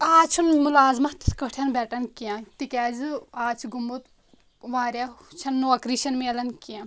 آز چھُنہٕ مُلازمت تِتھ کٲٹھۍ بٮ۪ٹَن کینٛہہ تِکیازِ آز چھ گوٚمُت واریاہ چھ نوکری چھَنہٕ مِلَان کینٛہہ